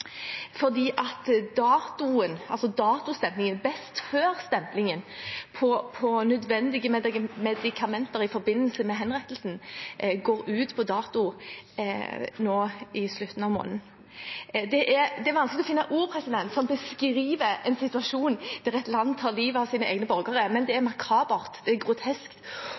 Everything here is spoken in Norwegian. best før-stemplingen. Nødvendige medikamenter i forbindelse med henrettelser går ut på dato i slutten av måneden. Det er vanskelig å finne ord som beskriver en situasjon der et land tar livet av sine egne borgere, men det er makabert, det er grotesk,